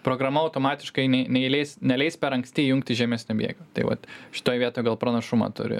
programa automatiškai ne neįleis neleis per anksti įjungti žemesnio bėgio tai vat šitoj vietoj gal pranašumą turi